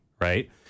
right